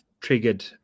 triggered